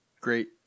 Great